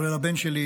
כולל הבן שלי,